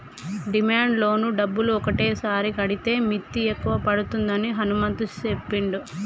demand loan డబ్బులు ఒకటేసారి కడితే మిత్తి ఎక్కువ పడుతుందని హనుమంతు చెప్పిండు